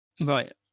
right